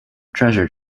treasure